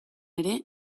ere